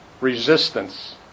resistance